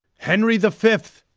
henry the fift,